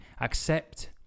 Accept